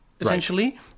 essentially